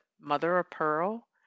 mother-of-pearl